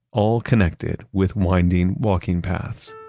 all connected with winding walking paths